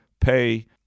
pay